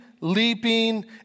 leaping